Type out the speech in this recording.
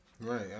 Right